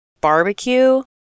barbecue